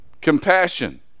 compassion